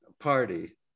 Party